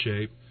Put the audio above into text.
shape